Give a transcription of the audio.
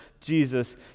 Jesus